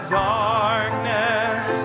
darkness